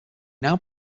now